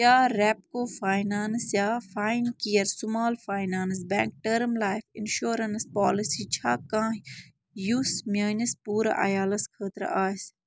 کیٛاہ Repco finance یا Fincare small finance bank term life insurance policy چھےٚ کانٛہہ یُس میٛٲنِس پوٗرٕ عیالَس خٲطرٕ آسہِ